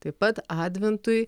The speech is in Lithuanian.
taip pat adventui